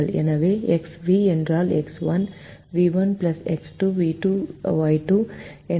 எனவே Xv என்றால் X1 v1 X2 v2 Yu என்றால் Y1 u1 Y2 u2